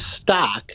stock